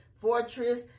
fortress